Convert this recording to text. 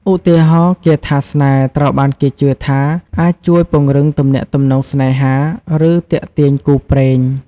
ឧទាហរណ៍ គាថាស្នេហ៍ត្រូវបានគេជឿថាអាចជួយពង្រឹងទំនាក់ទំនងស្នេហា ឬទាក់ទាញគូព្រេង។